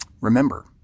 Remember